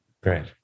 Great